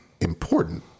important